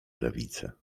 lewicę